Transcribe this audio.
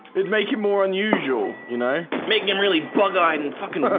it makes it more unusual, you know, making him really bug-eyed and fucking